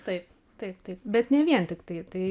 taip taip taip bet ne vien tiktai tai